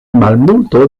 malmulto